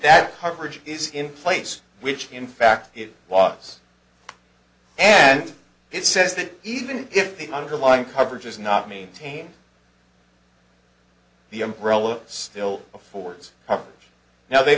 that coverage is in place which in fact it was and it says that even if the underlying coverage is not maintain the umbrella still affords